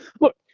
look